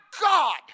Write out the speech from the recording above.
God